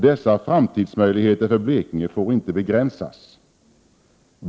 Dessa framtidsmöjligheter för Blekinge får inte begränsas.